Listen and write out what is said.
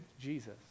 Jesus